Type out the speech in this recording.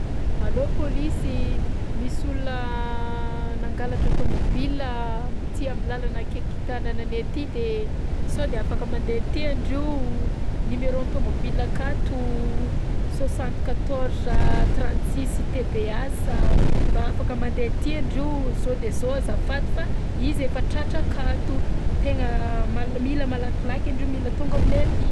Allo polisy? Misy olona nangalatra tômôbila am'ty am'làlana akaiky tanànanay aty de sao de afaka mandeha aty andrio? Numeron'ny tômôbila akato soixante quatorze trente six TBH. Mba afaka mandeha aty andrio zao de zao azafady fa izy efa tratra akato? Tegna mal- mila malakilaky andrio mila tonga aminay aty!